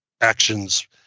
actions